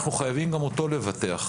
אנחנו חייבים גם אותו לבטח.